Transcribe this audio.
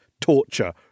torture